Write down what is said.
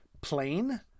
plain